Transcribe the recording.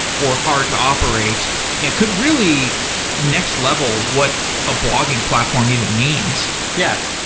or hard to operate that could really next level what a blogging platform even means yeah,